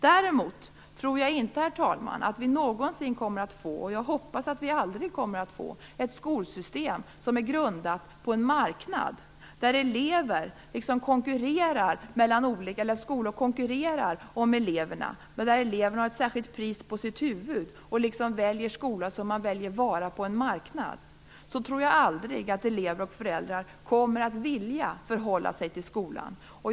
Däremot tror jag inte, herr talman, att vi någonsin kommer att få - jag hoppas att vi aldrig kommer att få - ett skolsystem som är grundat på en marknad där skolor konkurrerar om eleverna och där eleverna har ett särskilt pris på sitt huvud och väljer skola som man väljer vara på en marknad. Så tror jag aldrig att elever och föräldrar kommer att vilja förhålla sig till skolan.